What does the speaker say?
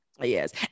Yes